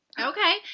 Okay